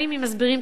אם מסבירים טוב,